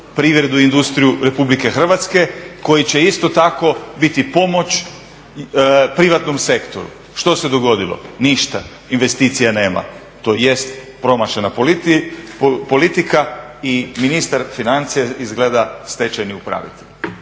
privredu i industriju Republike Hrvatske, koji će isto tako biti pomoć privatnom sektoru. Što se dogodilo? Ništa, investicija nema, to jest promašena politika i ministar financija izgleda je stečajni upravitelj.